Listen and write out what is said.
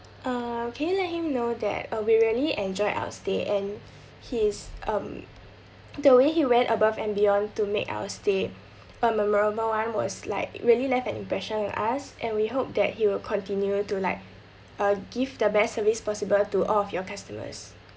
uh can you let him know that uh we really enjoyed our stay and his um the way he went above and beyond to make our stay a memorable [one] was like really left an impression with us and we hope that he will continue to like uh give the best service possible to all of your customers